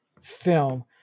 film